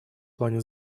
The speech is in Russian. плане